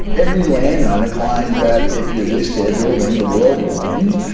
every landowner claims that if you list their building the world will end.